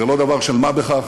זה לא דבר של מה בכך.